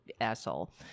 asshole